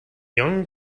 young